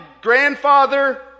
grandfather